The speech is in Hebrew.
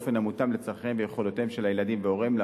באופן המותאם לצורכיהם ויכולותיהם של הילדים והוריהם,